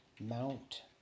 mount